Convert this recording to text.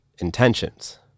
intentions